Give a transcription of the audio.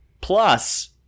Plus